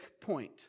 point